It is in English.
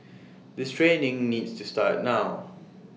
this training needs to start now